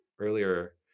earlier